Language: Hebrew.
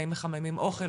האם מחממים אוכל,